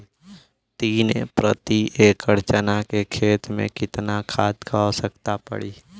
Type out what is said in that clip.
तीन प्रति एकड़ चना के खेत मे कितना खाद क आवश्यकता पड़ी?